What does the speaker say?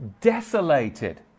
desolated